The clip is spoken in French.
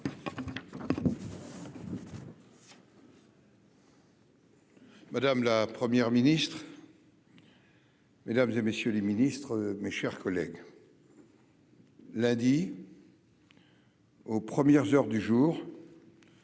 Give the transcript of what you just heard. Madame la Première ministre, mesdames, messieurs les ministres, mes chers collègues, lundi, aux premières heures du jour,